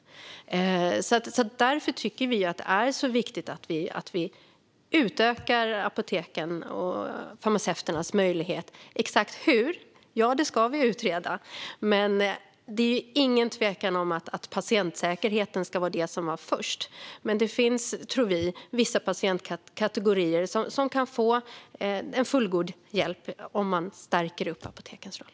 Därför tycker vi att det är viktigt att utöka apotekens och farmaceuternas möjligheter. Exakt hur det ska göras ska vi utreda, men det råder ingen tvekan om att patientsäkerheten ska vara det som går först. Vi tror dock att det finns vissa patientkategorier som kan få fullgod hjälp om man stärker apotekens roll.